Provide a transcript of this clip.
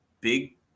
big